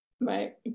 right